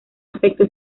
aspecto